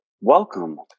Welcome